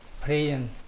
praying